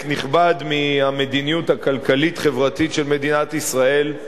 נכבד מהמדיניות הכלכלית-חברתית של מדינת ישראל,